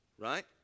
right